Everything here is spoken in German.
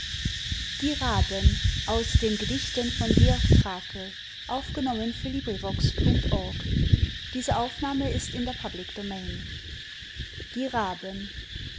die raben über den schwarzen winkel hasten am mittag die raben